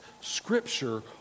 scripture